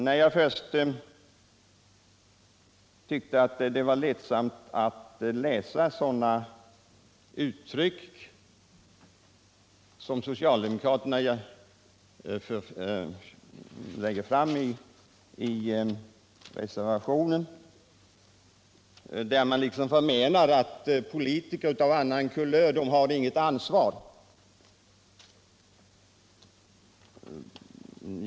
Men jag tyckte att det var ledsamt att läsa sådana uttryck som socialdemokraterna använder i reservationen, där de liksom förmenar att politiker av annan kulör inte känner något ansvar.